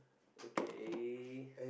okay